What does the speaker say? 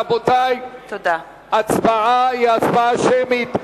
רבותי, ההצבעה היא הצבעה שמית.